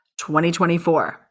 2024